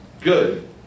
good